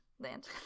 land